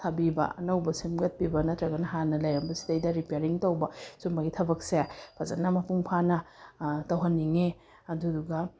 ꯁꯥꯕꯤꯕ ꯑꯅꯧꯕ ꯁꯦꯝꯒꯠꯄꯤꯕ ꯅꯠꯇ꯭ꯔꯒꯅ ꯍꯥꯟꯅ ꯂꯩꯔꯝꯕꯁꯤꯗꯩꯗ ꯔꯤꯄ꯭ꯌꯥꯔꯤꯡ ꯇꯧꯕ ꯁꯨꯝꯕꯒꯤ ꯊꯕꯛꯁꯦ ꯐꯖꯅ ꯃꯄꯨꯡ ꯐꯥꯅ ꯇꯧꯍꯟꯅꯤꯡꯉꯦ ꯑꯗꯨꯗꯨꯒ